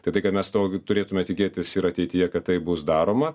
kad mes to turėtume tikėtis ir ateityje kad tai bus daroma